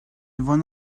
one